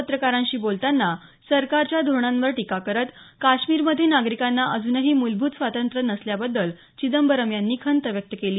पत्रकारांशी बोलताना सरकारच्या धोरणांवर टीका करतानाच काश्मीरमध्ये नागरिकांना अजूनही मूलभूत स्वातंत्र्य नसल्याबद्दल चिदंबरम यांनी खंत व्यक्त केली